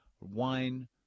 wine